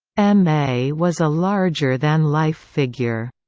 m a. was a larger than life figure.